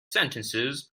sentences